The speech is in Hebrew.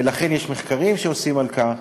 ולכן יש מחקרים שנעשו על כך,